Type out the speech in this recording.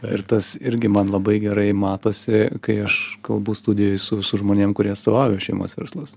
ir tas irgi man labai gerai matosi kai aš kalbu studijoj su su žmonėm kurie atstovauja šeimos verslus